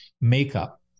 makeup